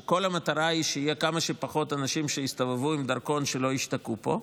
שכל המטרה היא שיהיו כמה שפחות אנשים שיסתובבו עם דרכון ולא השתקעו פה,